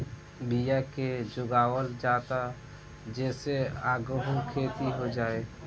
बिया के जोगावल जाता जे से आगहु खेती हो जाए